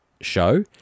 show